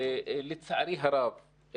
ולצערי הרב,